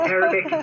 Arabic